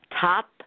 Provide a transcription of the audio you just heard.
Top